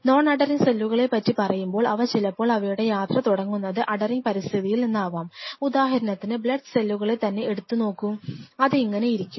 non adhering സെല്ലുകളെ പറ്റി പറയുമ്പോൾ അവ ചിലപ്പോൾ അവയുടെ യാത്ര തുടങ്ങുന്നത് അധെറിങ് പരിസ്ഥിതിയിൽ നിന്നാവാം ഉദാഹരണത്തിന് ബ്ലഡ് സെല്ലുകളെ തന്നെ എടുത്തു നോക്കൂ അത് ഇങ്ങനെയിരിക്കും